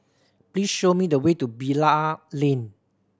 please show me the way to Bilal Lane